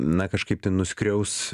na kažkaip tai nuskriaus